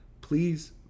Please